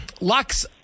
Lux